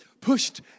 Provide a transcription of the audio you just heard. pushed